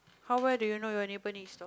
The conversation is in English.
how well do you know your neighbours next door